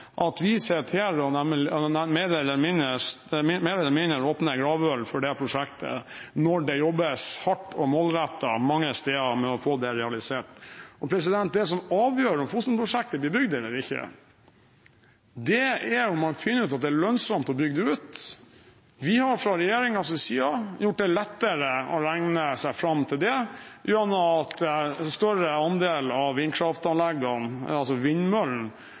mer eller mindre holder gravølet for prosjektet når det jobbes hardt og målrettet mange steder med å få det realisert. Det som avgjør om Fosen-prosjektet blir bygd eller ikke, er om man finner ut at det er lønnsomt å bygge det ut. Fra regjeringens side har vi gjort det lettere å regne seg fram til det ved at en større andel av